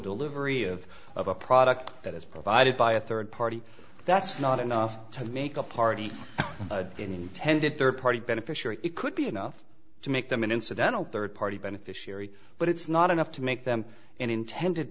delivery of of a product that is provided by a third party that's not enough to make a party intended third party beneficiary it could be enough to make them an incidental third party beneficiary but it's not enough to make them an intended